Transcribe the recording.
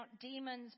demons